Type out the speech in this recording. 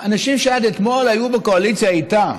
אנשים שעד אתמול היו בקואליציה איתה,